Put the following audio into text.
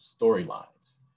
storylines